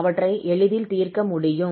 அவற்றை எளிதில் தீர்க்க முடியும்